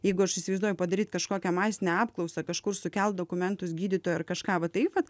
jeigu aš įsivaizduoju padaryt kažkokią masinę apklausą kažkur sukelt dokumentus gydytojo ar kažką va taip vat